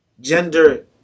gender